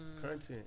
Content